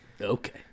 okay